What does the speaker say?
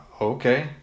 okay